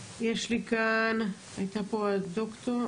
ובחודש הזה כפר פתחנו ערוצים בשפה הערבי,